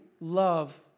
love